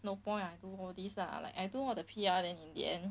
no point I do all this lah like I do all the P_R then in the end